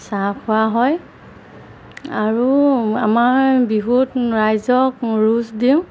চাহ খোৱা হয় আৰু আমাৰ বিহুত ৰাইজক ৰুচ দিওঁ